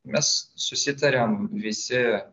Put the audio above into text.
mes susitariam visi